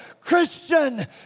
Christian